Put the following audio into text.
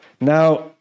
Now